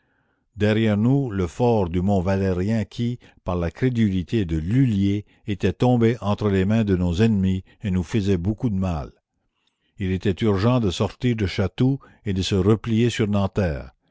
derrière nous le fort du mont valérien qui par la crédulité de lullier était tombé entre les mains de nos ennemis et nous faisait beaucoup de mal il était urgent de sortir de chatou et de se replier sur nanterre